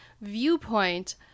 viewpoint